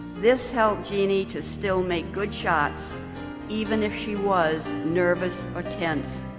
this helped jeannie to still make good shots even if she was nervous or tense.